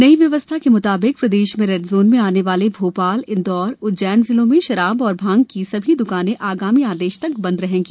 नई व्यवस्था के म्ताबिक प्रदेश में रेड जोन में आने वाले भोपाल इंदौर एवं उज्जैन जिलों में मदिरा एवं भांग की समस्त द्कानें आगामी आदेश तक बंद रहेंगी